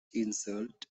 insult